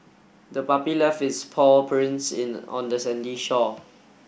the puppy left its paw prints in on the sandy shore